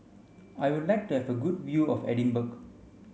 I would like to have a good view of Edinburgh